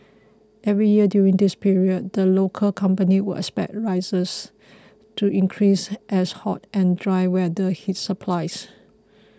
every year during this period the local company would expect prices to increase as hot and dry weather hits supplies